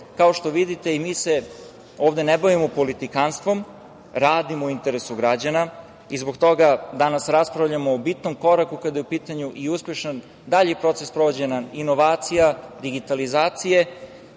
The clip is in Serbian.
što vidite, mi se ovde ne bavimo politikanstvom. Radimo u interesu građana i zbog toga danas raspravljamo o bitnom koraku i uspešan dalji proces sprovođenja inovacije, digitalizacije